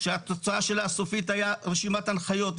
שהתוצאה הסופית שלה היה רשימת הנחיות,